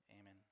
amen